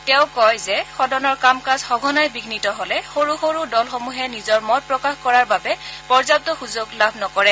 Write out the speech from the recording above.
তেওঁ কয় যে সদনৰ কাম কাজ সঘনাই বিয়িত হলে সৰু সৰু দলসমূহে নিজৰ মত প্ৰকাশ কৰাৰ বাবে পৰ্যাপ্ত সুযোগ লাভ নকৰে